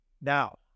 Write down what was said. Now